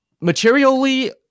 materially